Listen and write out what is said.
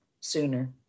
sooner